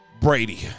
Brady